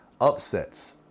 upsets